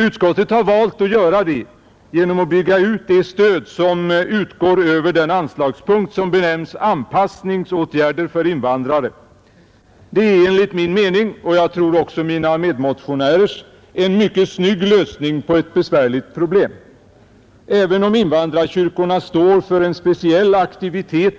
Utskottet har valt att göra det genom att bygga ut det stöd som utgår över den anslagspunkt som benämns Anpassningsåtgärder för invandrare. Det är enligt min mening — och jag tror också mina medmotionärers — en mycket snygg lösning på ett besvärligt problem. Även om invandrarkyrkorna står för en speciell aktivitet